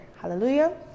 Hallelujah